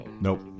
Nope